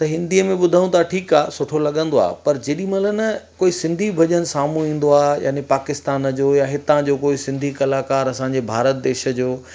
त हिंदीअ में ॿुधूं था ठीकु आहे सुठो लॻंदो आहे पर जेॾीमहिल न कोइ सिंधी भॼन सामुहूं ईंदो आहे याने पाकिस्तान जो या हितां जो कोई सिंधी कलाकार असांजे भारत देश जो